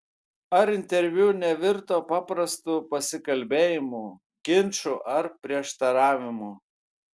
ar interviu nevirto paprastu pasikalbėjimu ginču ar prieštaravimu